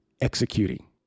executing